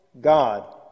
God